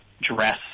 dress